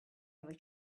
ever